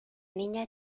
niña